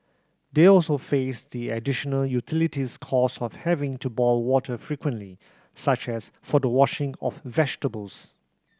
they also faced the additional utilities cost of having to boil water frequently such as for the washing of vegetables